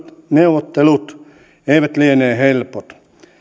neuvottelut eivät liene helpot